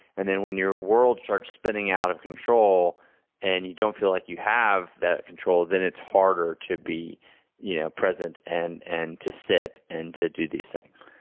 and then when your world starts spinning out of control and you don't feel like you have that control, then it's harder to be you know present and and to sit, and to do these things.